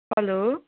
hello